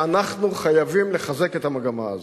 ואנחנו חייבים לחזק את המגמה הזאת.